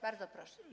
Bardzo proszę.